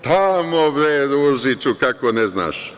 Tamo, bre Ružiću, kako ne znaš.